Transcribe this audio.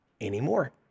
anymore